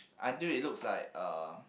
until it looks like a